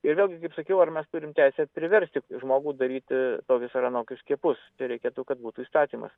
ir vėlgi kaip sakiau ar mes turim teisę priversti žmogų daryti tokius ar anokius skiepus reikėtų kad būtų įstatymas